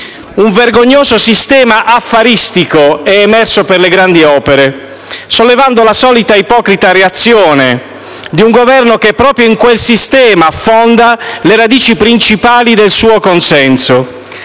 Un vergognoso sistema affaristico è emerso per le grandi opere, sollevando la solita ipocrita reazione di un Governo che, proprio in quel sistema, affonda le radici principali del suo consenso.